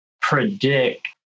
predict